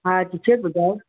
हा टीचर ॿुधायो